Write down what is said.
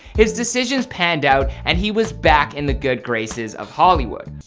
his decisions panned out and he was back in the good graces of hollywood.